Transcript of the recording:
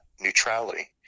neutrality